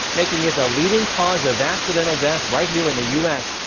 making it the leading cause of accidental deaths right here in the u s.